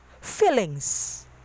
feelings